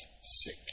sick